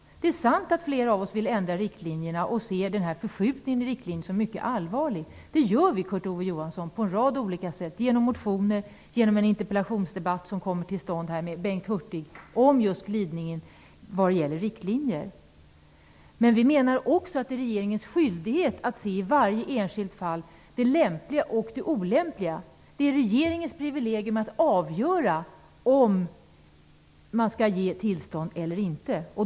Det är sant att flera av oss vill ändra riktlinjerna och ser den här förskjutningen i riktlinjerna som mycket allvarlig. Det gör vi, Kurt Ove Johansson, på en rad olika sätt, t.ex. genom motioner och genom en interpellationsdebatt med Bengt Hurtig som kommer att komma till stånd om just detta med glidningen vad gäller riktlinjer. Men vi menar också att det är regeringens skyldighet att i varje enskilt fall se det lämpliga och det olämpliga. Det är regeringens privilegium att avgöra om tillstånd skall ges eller inte.